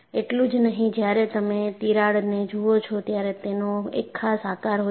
એટલું જ નહીં જ્યારે તમે તિરાડને જુઓ છો ત્યારે તેનો એક ખાસ આકાર હોય છે